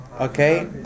Okay